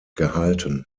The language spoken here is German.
gehalten